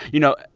you know,